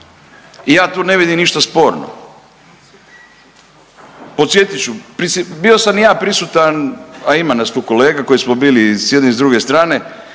i ja tu ne vidim ništa sporno. Podsjetit ću, mislim bio sam i ja prisutan, a ima nas tu kolega koji smo bili i s jedne i s druge strane,